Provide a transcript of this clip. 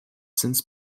since